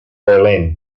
berlin